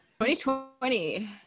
2020